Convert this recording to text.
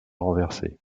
renversé